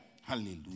Hallelujah